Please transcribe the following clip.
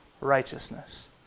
righteousness